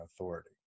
authority